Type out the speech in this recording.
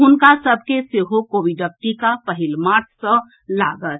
हुनका सभ के सेहो कोविडक टीका पहिल मार्च सॅ लागत